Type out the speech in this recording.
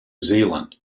zealand